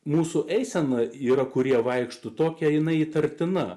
mūsų eisena yra kurie vaikšto tokia jinai įtartina